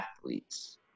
athletes